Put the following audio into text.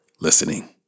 listening